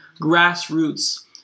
grassroots